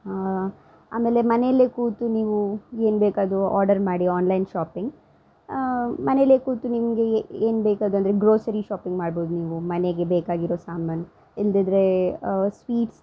ಆಮೇಲೆ ಮನೇಲೆ ಕೂತು ನೀವು ಏನು ಬೇಕಾದರೂ ಆರ್ಡರ್ ಮಾಡಿ ಆನ್ಲೈನ್ ಶಾಪಿಂಗ್ ಮನೇಲೆ ಕೂತು ನಿಮಗೆ ಏನು ಬೇಕದಂದರೆ ಗ್ರೋಸರಿ ಶಾಪಿಂಗ್ ಮಾಡ್ಬೋದು ನೀವು ಮನೆಗೆ ಬೇಕಾಗಿರೊ ಸಾಮಾನು ಇಲ್ದಿದ್ರೇ ಸ್ವೀಟ್ಸ್